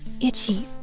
itchy